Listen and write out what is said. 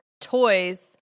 toys